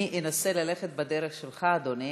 אני אנסה ללכת בדרך שלך, אדוני.